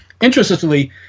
interestingly